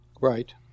Right